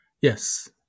Yes